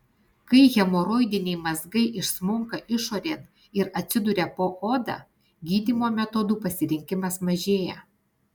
kai hemoroidiniai mazgai išsmunka išorėn ir atsiduria po oda gydymo metodų pasirinkimas mažėja